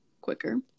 Quicker